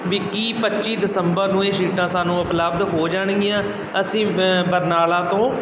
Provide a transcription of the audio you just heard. ਵੀ ਕੀ ਪੱਚੀ ਦਸੰਬਰ ਨੂੰ ਇਹ ਸੀਟਾਂ ਸਾਨੂੰ ਉਪਲਬਧ ਹੋ ਜਾਣਗੀਆਂ ਅਸੀਂ ਬਰਨਾਲਾ ਤੋਂ